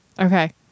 Okay